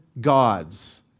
gods